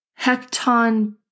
hecton